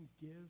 give